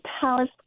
palace